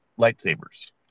lightsabers